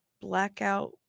blackout